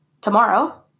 tomorrow